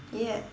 ya